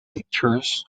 pictures